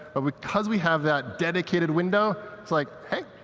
ah because we have that dedicated window, it's like, hey,